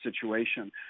situation